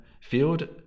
field